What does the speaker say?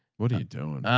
what are you doing?